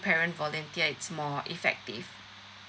parent volunteer it's more effective